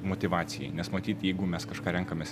motyvacijai nes matyt jeigu mes kažką renkamės